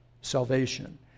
salvation